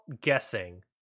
guessing